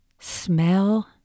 smell